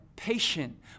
patient